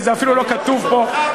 וזה אפילו לא כתוב פה,